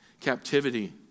captivity